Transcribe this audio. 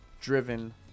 driven